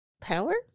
Power